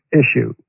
issue